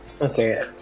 Okay